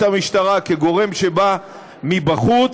את המשטרה כגורם שבא מבחוץ,